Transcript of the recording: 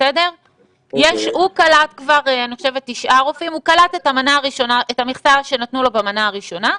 הוא קלט תשעה רופאים הוא קלט את המכסה שנתנו לו במנה הראשונה.